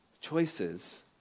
choices